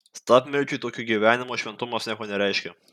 stabmeldžiui tokio gyvenimo šventumas nieko nereiškia